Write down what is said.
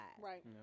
Right